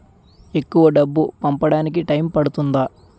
ఎక్కువ డబ్బు పంపడానికి టైం పడుతుందా?